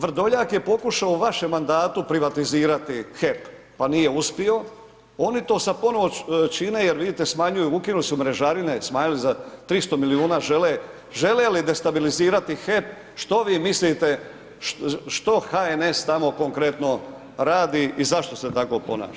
Vrdoljak je pokušao u vašem mandatu privatizirati HEP, pa nije uspio, oni to sad ponovo čine jer vidite smanjuju, ukinuli su mrežarine, smanjili za 300 milijuna, žele, žele li destabilizirati HEP, što vi mislite, što HNS tamo konkretno radi i zašto se tako ponaša?